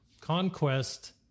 Conquest